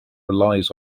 relies